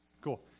Cool